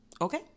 Okay